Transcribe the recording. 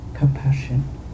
compassion